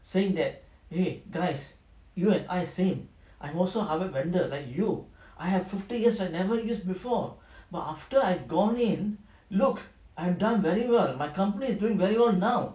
saying that !hey! guys you and I same I also like you I have fifty years I never use before but after I gone in look I have done very well and my company is doing very well now